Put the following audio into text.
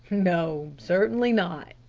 no, certainly not,